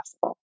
possible